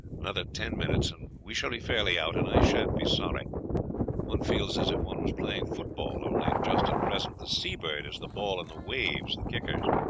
another ten minutes and we shall be fairly out and i shan't be sorry one feels as if one was playing football, only just at present the seabird is the ball and the waves the kickers.